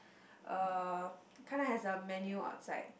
uh kinda has a menu outside